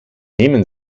nehmen